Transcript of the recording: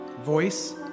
Voice